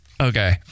Okay